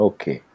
Okay